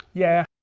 yeah,